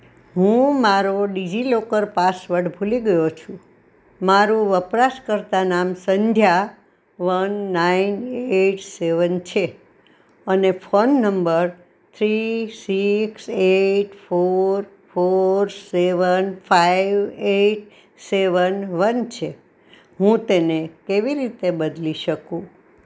હું મારો ડીજિલોકર પાસવર્ડ ભૂલી ગયો છું મારું વપરાશકર્તા નામ Sandhya one nine eight seven છે અને phone number three six eight four four seven five eight seven one છે હું તેને કેવી રીતે બદલી શકું